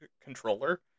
controller